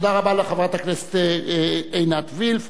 תודה רבה לחברת הכנסת עינת וילף.